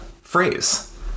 phrase